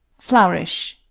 flourish.